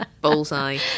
Bullseye